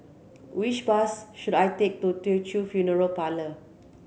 which bus should I take to Teochew Funeral Parlour